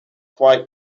quite